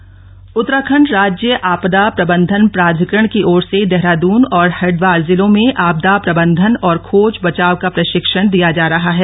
आपदा प्रबंधन और बचाव उत्तराखण्ड राज्य आपदा प्रबंधन प्राधिकरण की ओर से देहरादून और हरिद्वार जिलों में आपदा प्रबंधन और खोज बचाव का प्रशिक्षण दिया जा रहा है